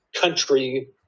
country